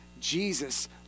Jesus